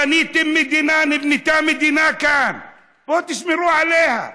בניתם מדינה, נהייתה כאן מדינה, בואו תשמרו עליה.